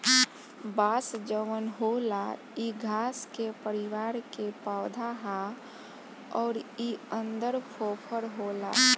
बांस जवन होला इ घास के परिवार के पौधा हा अउर इ अन्दर फोफर होला